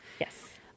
Yes